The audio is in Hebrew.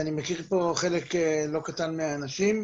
אני מכיר פה חלק לא קטן מהאנשים.